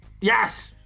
Yes